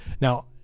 Now